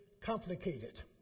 complicated